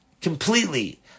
completely